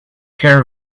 care